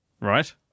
right